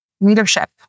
leadership